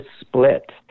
split